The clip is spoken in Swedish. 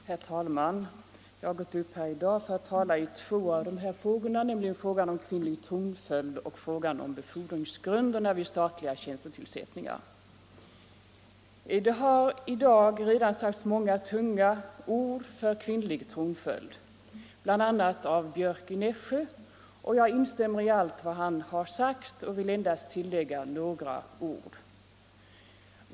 Herr talman! Jag har gått upp här i dag för att tala i två frågor, nämligen frågan om kvinnlig tronföljd och frågan om befordringsgrunderna vid statliga tjänstetillsättningar. Det har redan gjorts många tunga inlägg för kvinnlig tronföljd, bl.a. av herr Björck i Nässjö. Jag instämmer i allt vad han har sagt och vill endast tillägga några ord.